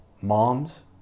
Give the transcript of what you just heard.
moms